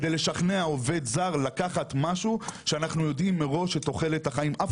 כדי לשכנע עובד זר לקחת משהו שאנחנו יודעים מראש שתוחלת החיים אף